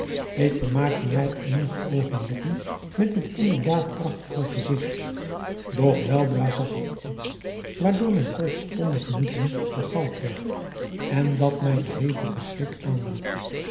ik vermaakte mij eenige oogenblikken met dit inderdaad prachtige gezigt doch weldra zag ik iets waardoor mijn kortstondig genoegen vergald werd en dat mij een hevigen schrik aanjoeg